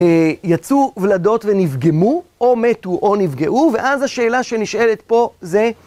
יצאו ולדות ונפגמו, או מתו או נפגעו, ואז השאלה שנשאלת פה זה